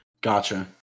Gotcha